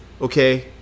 okay